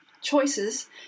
choices